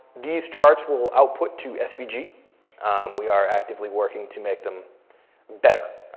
these charts will output to svg. we are actively working to make them better.